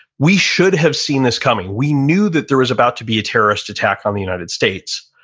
we should have seen this coming we knew that there was about to be a terrorist attack on the united states,